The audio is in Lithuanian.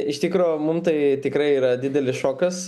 iš tikro mum tai tikrai yra didelis šokas